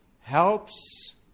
helps